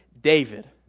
David